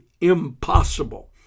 impossible